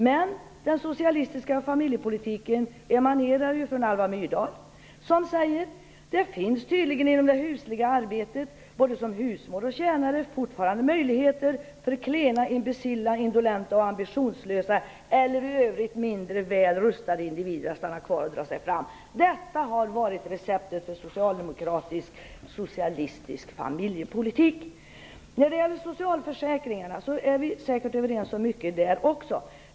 Men den socialistiska familjepolitiken emanerar från Alva Myrdal som säger: Det finns tydligen inom det husliga arbetet, både som husmor och som tjänare, fortfarande möjligheter för klena, imbecilla, indolenta och ambitionslösa eller i övrigt mindre väl rustade individer att stanna kvar och dra sig fram. Och detta har varit receptet för socialdemokratisk socialistisk familjepolitik. Vi är säkert överens om mycket vad gäller socialförsäkringarna.